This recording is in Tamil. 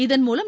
இதன் மூலம்